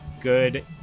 good